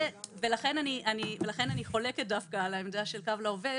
לכן אני חולקת דווקא על העמדה של קו לעובד